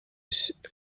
suite